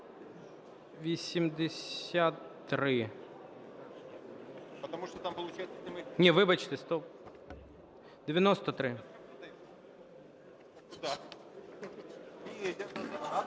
Ні, вибачте, стоп. 93.